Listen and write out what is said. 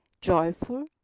joyful